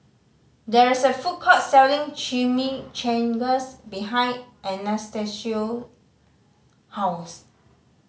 there is a food court selling Chimichangas behind Anastacio house